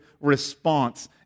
response